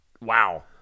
Wow